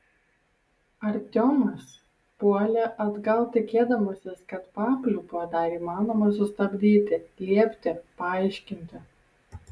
artiomas puolė atgal tikėdamasis kad papliūpą dar įmanoma sustabdyti liepti paaiškinti